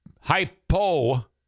hypo